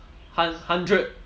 hun~ hundred